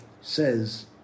says